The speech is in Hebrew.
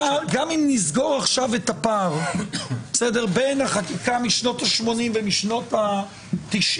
גם אם נסגור עכשיו את הפער בין החקיקה משנות ה-80' ומשנות ה-90'